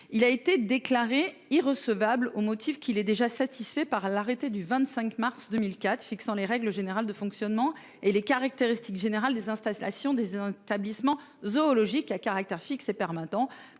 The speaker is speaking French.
il a été déclaré irrecevable au motif qu'il était satisfait par l'arrêté du 25 mars 2004 fixant les règles générales de fonctionnement et les caractéristiques générales des installations des établissements zoologiques à caractère fixe et permanent,